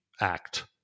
Act